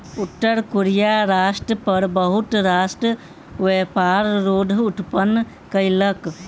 उत्तर कोरिया राष्ट्र पर बहुत राष्ट्र व्यापार रोध उत्पन्न कयलक